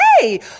hey